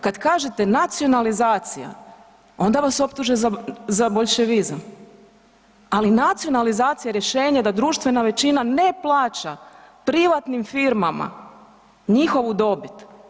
Kada kažete nacionalizacija, onda vas optuže za boljševizam, ali nacionalizacija je rješenje da društvena većina ne plaća privatnim firmama njihovu dobit.